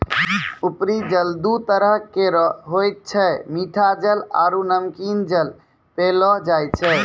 उपरी जल दू तरह केरो होय छै मीठा जल आरु नमकीन जल पैलो जाय छै